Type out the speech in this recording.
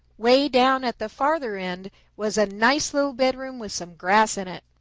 way down at the farther end was a nice little bedroom with some grass in it.